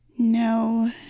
No